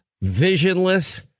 visionless